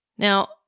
Now